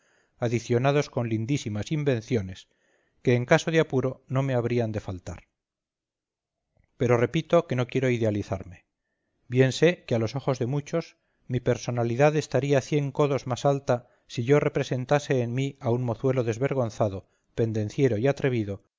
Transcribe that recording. adicionados con lindísimas invenciones que en caso de apuro no me habrían de faltar pero repito que no quiero idealizarme bien sé que a los ojos de muchos mi personalidad estaría cien codos más alta si yo representase en mí a un mozuelo desvergonzado pendenciero y atrevido